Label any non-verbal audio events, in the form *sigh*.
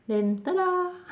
then *noise*